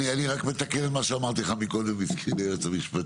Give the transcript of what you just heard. אני רק מתקן את מה שאמרתי לך מקודם עדכן היועץ המשפטי,